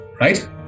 Right